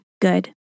good